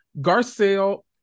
Garcelle